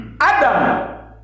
Adam